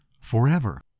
forever